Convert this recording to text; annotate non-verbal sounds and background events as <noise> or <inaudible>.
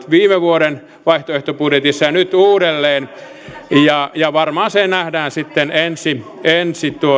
<unintelligible> viime vuoden vaihtoehtobudjetissa ja otetaan nyt uudelleen ja ja varmaan se nähdään sitten myöskin ensi